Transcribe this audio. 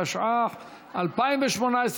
התשע"ח 2018,